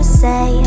say